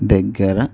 దగ్గర